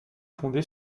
fondé